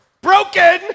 broken